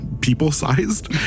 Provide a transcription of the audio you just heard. people-sized